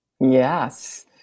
Yes